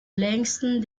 längsten